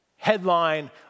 headline